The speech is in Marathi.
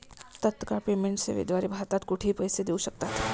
तत्काळ पेमेंट सेवेद्वारे भारतात कुठेही पैसे देऊ शकतात